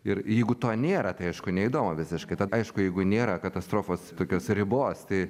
ir jeigu to nėra tai aišku neįdomu visiškai aišku jeigu nėra katastrofos tokios ribos tai